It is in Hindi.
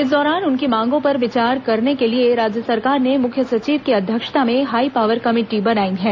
इस दौरान उनकी मांगों पर विचार करने के लिए राज्य सरकार ने मुख्य सचिव की अध्यक्षता में हाईपावर कमेटी बनाई है